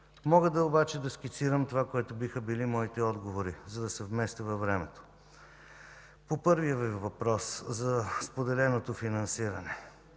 Мога обаче да скицирам това, което биха били моите отговори, за да се вместя във времето. По първия Ви въпрос – за споделеното финансиране.